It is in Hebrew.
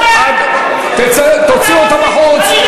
תוציאו אותו בחוץ,